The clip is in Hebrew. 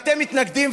אתם מתנגדים,